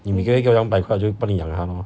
你可以给我两百块我就帮你养它 lor